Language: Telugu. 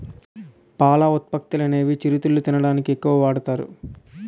పాల ఉత్పత్తులనేవి చిరుతిళ్లు తినడానికి ఎక్కువ వాడుతారు